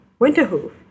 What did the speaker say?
Winterhoof